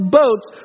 boats